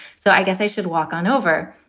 so i guess i should walk on over.